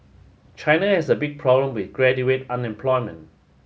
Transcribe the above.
China has a big problem with graduate unemployment